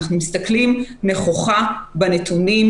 אנחנו מסתכלים נכוחה בנתונים.